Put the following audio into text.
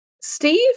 Steve